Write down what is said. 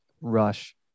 Rush